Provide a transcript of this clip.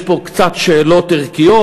יש פה קצת שאלות ערכיות,